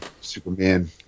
Superman